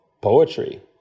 poetry